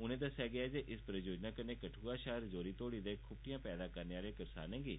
उनें'गी दस्सेआ गेआ जे इस परियोजना कन्नै कठुआ शा रजौरी तोहड़ी दे खुबटियां पैदा करने आहले करसानें गी